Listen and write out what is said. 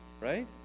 right